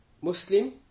Muslim